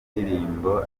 ndirimbo